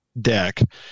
deck